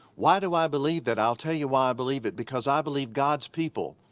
why do i believe that? i'll tell you why i believe it, because i believe god's people.